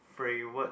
favorite